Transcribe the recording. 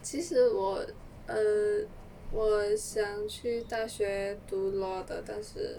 其实我 err 我想去大学读 law 的但是